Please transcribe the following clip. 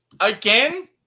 again